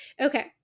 okay